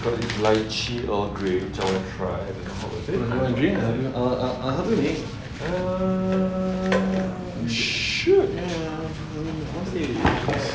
pearl with lychee earl grey jom try do you want to drink err should have